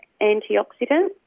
antioxidant